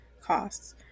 costs